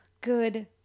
Good